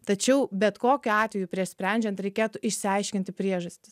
tačiau bet kokiu atveju prieš sprendžiant reikėtų išsiaiškinti priežastis